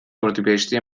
اردیبهشتی